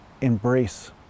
Embrace